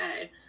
okay